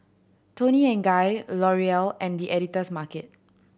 Toni and Guy L'Oreal and The Editor's Market